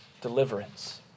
Deliverance